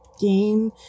game